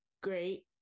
Great